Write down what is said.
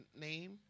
name